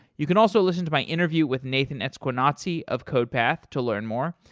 you can also listen to my interview with nathan esquenazi of codepath to learn more,